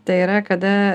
tai yra kada